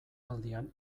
aldian